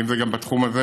ואם זה גם בתחום הזה,